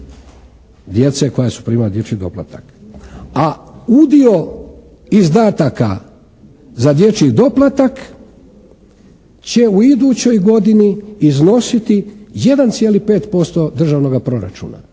djece koja su primala dječji doplatak. A udio izdataka za dječji doplatak će u idućoj godini iznositi 1,5% državnoga proračuna.